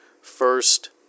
first